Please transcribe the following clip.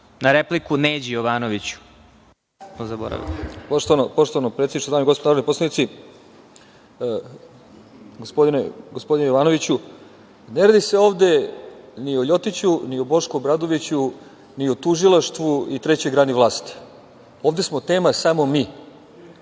na repliku Neđi Jovanoviću. **Čedomir Jovanović** Poštovano predsedništvo, dame i gospodo narodni poslanici, gospodinu Jovanoviću, ne radi se ovde ni o Ljotiću, ni o Bošku Obradoviću, ni u tužilaštvu i treće grani vlast, ovde smo tema samo mi,